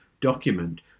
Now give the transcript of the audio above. document